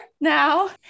now